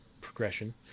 progression